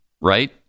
right